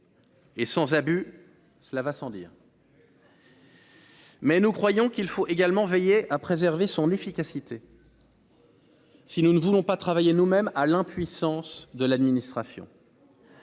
Et sans abus, cela va sans dire. Mais nous croyons qu'il faut également veiller à préserver son efficacité. Si nous ne voulons pas travailler nous-mêmes à l'impuissance de l'administration.